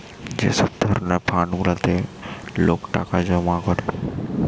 যে সব ধরণের ফান্ড গুলাতে লোক টাকা জমা করে